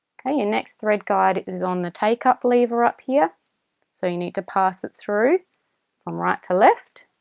okay your next thread guide is on the take-up lever up here so you need to pass it through from right to left